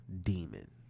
demon